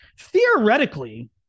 Theoretically